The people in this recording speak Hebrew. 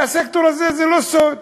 והסקטור הזה, זה לא סוד,